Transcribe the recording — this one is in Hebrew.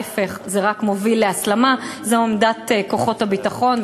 ההפך, זה רק מוביל להסלמה, זו עמדת כוחות הביטחון.